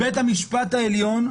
בית המשפט העליון,